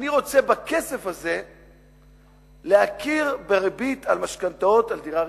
אני רוצה בכסף הזה להכיר בריבית על משכנתאות על דירה ראשונה.